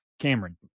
cameron